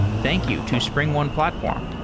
thank you to springone platform.